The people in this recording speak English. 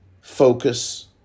focus